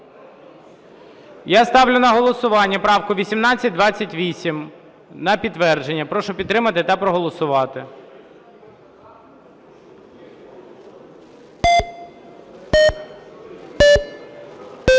Я ставлю на голосування правку 1828, на підтвердження. Прошу підтримати та проголосувати.